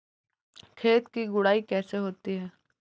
खेत की गुड़ाई कैसे होती हैं?